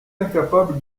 incapable